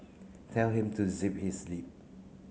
tell him to zip his lip